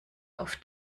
auf